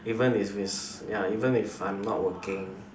even if is ya even if I'm not working